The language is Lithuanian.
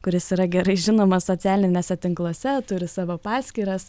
kuris yra gerai žinomas socialiniuose tinkluose turi savo paskyras